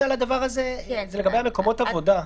זה לגבי מקומות עבודה.